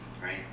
right